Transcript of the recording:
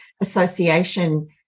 association